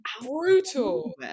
brutal